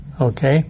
Okay